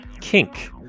kink